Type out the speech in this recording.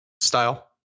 style